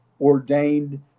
ordained